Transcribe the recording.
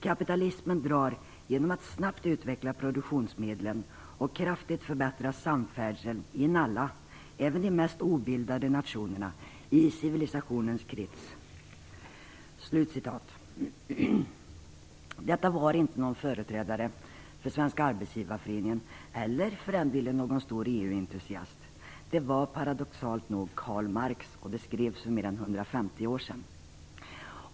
Kapitalismen drar genom att snabbt utveckla produktionsmedlen och kraftigt förbättra samfärdseln in alla, även de mest obildade nationerna i civilisationens krets." Det var inte någon företrädare för Svenska arbetsgivareföreningen eller någon EU-entusiast som sade detta. Det var paradoxalt nog Karl Marx, och det skrevs för mer än 150 år sedan.